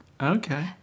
okay